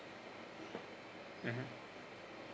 mmhmm